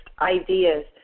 ideas